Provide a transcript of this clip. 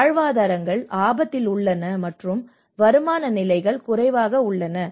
வாழ்வாதாரங்கள் ஆபத்தில் உள்ளன மற்றும் வருமான நிலைகள் குறைவாக உள்ளன